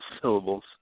syllables